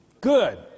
Good